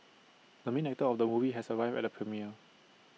the main actor of the movie has arrived at the premiere